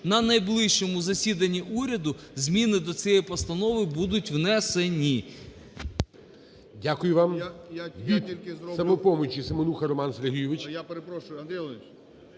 на найближчому засіданні уряду зміни до цієї постанови будуть внесені.